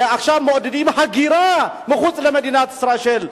עכשיו מעודדים הגירה ממדינת ישראל.